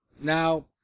Now